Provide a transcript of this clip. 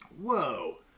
Whoa